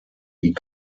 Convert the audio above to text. wie